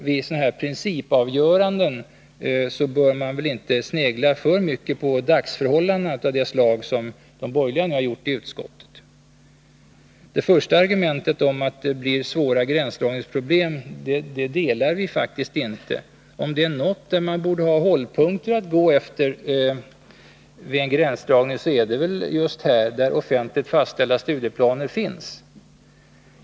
Vid sådana här principavgöranden bör man väl inte snegla för mycket på dagsförhållanden, som de borgerliga nu har gjort i utskottet. Det första argumentet, att det blir svåra gränsdragningsproblem, håller vi faktiskt inte med om. Om det finns något sammanhang där man borde ha hållpunkter att gå efter vid en gränsdragning är det väl just här, där offentligt fastställda studieplaner finns.